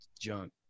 junk